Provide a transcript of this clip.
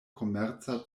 komerca